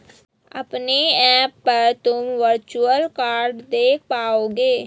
अपने ऐप पर तुम वर्चुअल कार्ड देख पाओगे